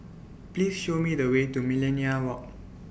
Please Show Me The Way to Millenia Walk